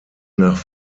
nach